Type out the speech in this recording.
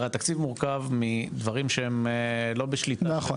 הרי התקציב מורכב מדברים שהם לא בשליטה של --- נכון.